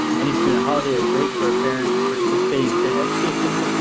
any student holiday or break for a parent participating in training or education,